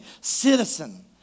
citizen